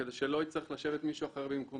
כדי שלא יצטרך לשבת פה מישהו אחר במקומי.